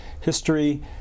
history